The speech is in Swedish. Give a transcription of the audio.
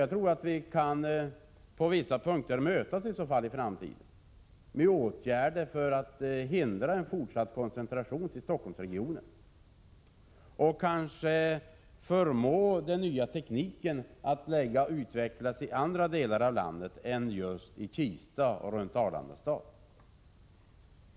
Jag tror att vi på vissa punkter kan komma att mötas i framtiden när det gäller åtgärder för att hindra en fortsatt koncentration till Stockholmsregionen och kanske förmå den nya tekniken att utvecklas i andra delar av landet än just i Kista och runt Arlanda stad.